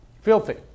Filthy